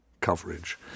coverage